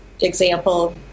example